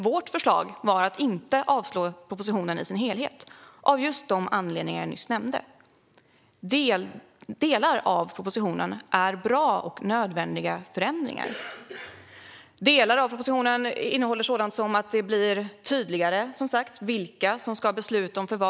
Vårt förslag var att inte avslå propositionen i sin helhet, av just de anledningar jag nyss nämnde. Delar av propositionen är bra - det är nödvändiga förändringar. Propositionen innehåller sådant som att det blir tydligare, som sagt, vilka som ska besluta om förvar.